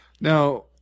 Now